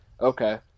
Okay